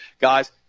Guys